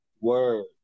Word